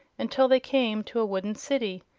until they came to a wooden city.